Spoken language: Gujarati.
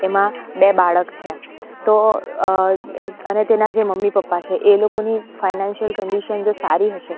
એમાં બે બાળક છે તો અને તેના જે મમ્મી પપ્પા છે એ લોકોની ફાઇનાન્સિયલ કંડિશન જે સારી હશે